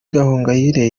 gahongayire